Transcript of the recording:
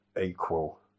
equal